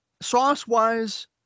sauce-wise